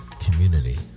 community